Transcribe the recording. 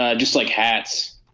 um just like hats?